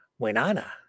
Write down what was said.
Wenana